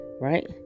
right